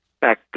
back